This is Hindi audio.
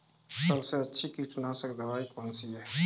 सबसे अच्छी कीटनाशक दवाई कौन सी है?